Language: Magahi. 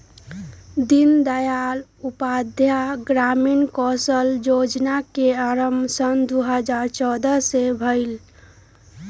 दीनदयाल उपाध्याय ग्रामीण कौशल जोजना के आरम्भ सन दू हज़ार चउदअ से भेलइ